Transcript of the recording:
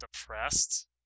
depressed